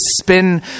spin